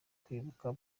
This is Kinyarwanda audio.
kwibuka